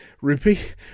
Repeat